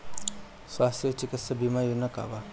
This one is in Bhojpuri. स्वस्थ और चिकित्सा बीमा योजना का बा?